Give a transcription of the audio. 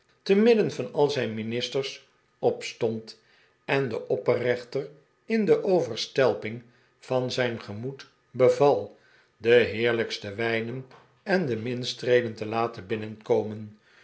te midden van al zijn ministers opstond en den opperrechter in de overstelping van zijn gemoed beval de heerlijfcste wijnen en de minstreelen te laten binnenkomen